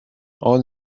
all